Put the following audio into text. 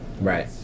Right